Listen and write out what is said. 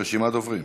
יש פה רשימת דוברים.